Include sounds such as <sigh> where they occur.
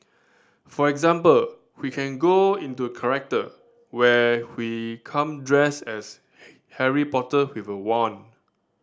for example we can go into character where we come dressed as <unintelligible> Harry Potter with a wand